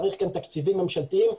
צריך כאן תקציבים ממשלתיים.